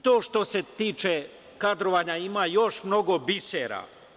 To što se tiče kadrovanja, a ima još mnogo bisera.